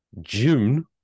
June